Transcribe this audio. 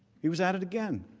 he was at it again.